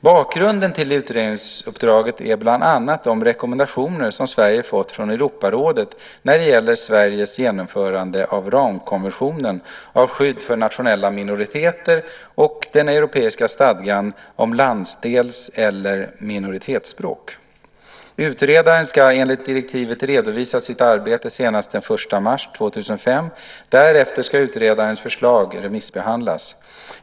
Bakgrunden till utredningsuppdraget är bland annat de rekommendationer som Sverige har fått från Europarådet när det gäller Sveriges genomförande av ramkonventionen om skydd för nationella minoriteter och den europeiska stadgan om landsdels eller minoritetsspråk. Utredaren ska enligt direktiven redovisa sitt arbete senast den 1 mars 2005. Därefter ska utredarens förslag remissbehandlas.